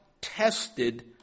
tested